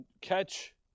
Catch